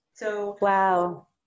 Wow